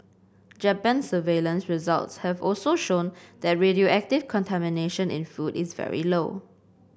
Japan's surveillance results have also shown that radioactive contamination in food is very low